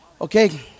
Okay